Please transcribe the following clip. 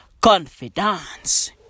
confidence